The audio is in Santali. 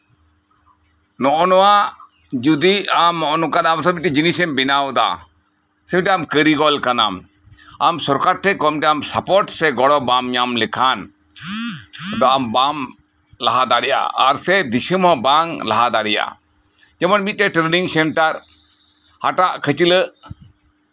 ᱱᱚᱜᱼᱚᱭ ᱱᱚᱣᱟ ᱱᱚᱝᱠᱟ ᱡᱤᱱᱤᱥ ᱮᱢ ᱵᱮᱱᱟᱣᱫᱟ ᱥᱮ ᱢᱤᱫᱴᱟᱝ ᱠᱟᱨᱤᱜᱚᱞ ᱠᱟᱱᱟᱢ ᱟᱢ ᱥᱚᱨᱠᱟᱨ ᱴᱷᱮᱱ ᱠᱳᱱᱳ ᱥᱟᱯᱳᱨᱴ ᱥᱮ ᱜᱚᱲᱚ ᱵᱟᱢ ᱧᱟᱢ ᱞᱮᱠᱷᱟᱱ ᱟᱢ ᱵᱟᱢ ᱞᱟᱦᱟ ᱫᱟᱲᱮᱭᱟᱜᱼᱟ ᱟᱨ ᱥᱮ ᱫᱤᱥᱚᱢ ᱦᱚᱸ ᱵᱟᱝ ᱞᱟᱦᱟ ᱫᱟᱲᱮᱭᱟᱜᱼᱟ ᱡᱮᱢᱚᱱ ᱢᱤᱫᱴᱟᱱ ᱴᱮᱨᱱᱤᱝ ᱥᱮᱱᱴᱟᱨ ᱦᱟᱴᱟᱜ ᱠᱷᱟᱹᱪᱞᱟᱹᱜ